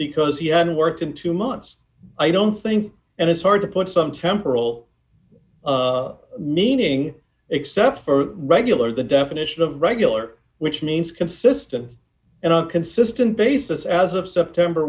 because he hadn't worked in two months i don't think and it's hard to put some temporal meaning except for regular the definition of regular which means consistent and on a consistent basis as of september